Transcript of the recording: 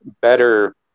better